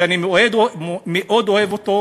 ואני מאוד אוהב אותו.